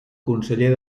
conseller